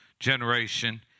generation